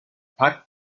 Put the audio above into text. pat